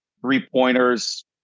three-pointers